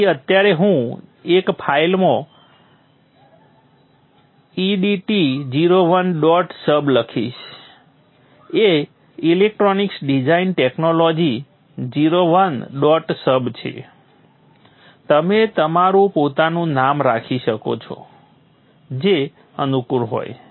તેથી અત્યારે હું એક ફાઇલમાં e d t 01 dot sub લખીશ એ electronic design technology 01 dot sub છે તમે તમારું પોતાનું નામ રાખી શકો છો જે અનુકૂળ હોય